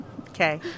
Okay